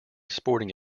sporting